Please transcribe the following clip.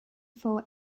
for